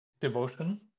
devotion